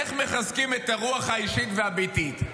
איך מחזקים את הרוח האישית והביתית?